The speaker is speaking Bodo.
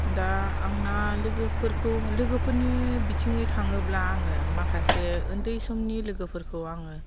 दा आंना लोगोफोरखौ लोगोफोरनि बिथिंजाय थाङोब्ला आङो माखासे उन्दै समनि लोगोफोरखौ आङो